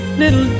Little